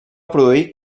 produir